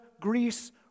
Greece